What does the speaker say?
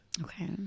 okay